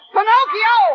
Pinocchio